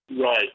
Right